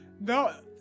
No